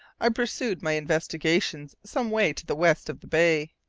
i pursued my investigations some way to the west of the bay.